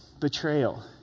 Betrayal